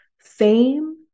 fame